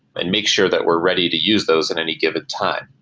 and make sure that we're ready to use those at any given time.